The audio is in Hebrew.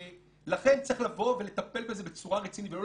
לכן צריך לבוא ולטפל בזה בצורה רצינית ולא